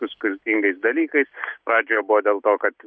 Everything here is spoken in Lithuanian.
su skirtingais dalykais pradžioje buvo dėl to kad